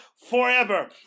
Forever